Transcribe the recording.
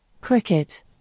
Cricket